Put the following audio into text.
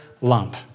lump